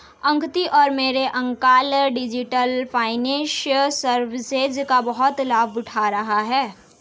अंकिता और मेरे uncle digital finance services का बहुत लाभ उठा रहे हैं